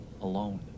alone